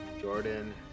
Jordan